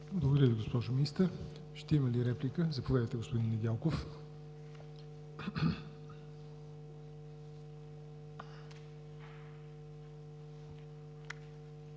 Благодаря Ви, госпожо Министър. Ще има ли реплика? Заповядайте, господин Недялков.